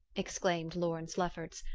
exclaimed lawrence lefferts,